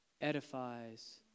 edifies